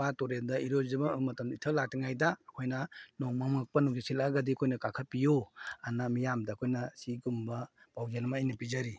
ꯄꯥꯠ ꯇꯨꯔꯦꯜꯗ ꯏꯔꯣꯏꯕꯁꯤꯃ ꯃꯇꯝꯗ ꯏꯊꯛ ꯂꯥꯛꯇ꯭ꯔꯤꯉꯥꯏꯗ ꯑꯩꯈꯣꯏꯅ ꯅꯣꯡ ꯃꯪꯉꯛꯄ ꯅꯨꯡꯁꯤꯠ ꯁꯤꯠꯂꯛꯑꯒꯗꯤ ꯑꯩꯈꯣꯏꯅ ꯀꯥꯈꯠꯄꯤꯎ ꯑꯅ ꯃꯤꯌꯥꯝꯅ ꯑꯩꯈꯣꯏꯅ ꯁꯤꯒꯨꯝꯕ ꯄꯥꯎꯖꯦꯜ ꯑꯃ ꯑꯩꯅ ꯄꯤꯖꯔꯤ